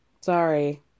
Sorry